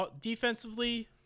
Defensively